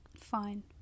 fine